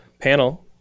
panel